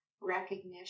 recognition